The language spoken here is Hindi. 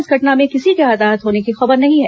इस घटना में किसी के हताहत होने की खबर नहीं है